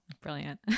brilliant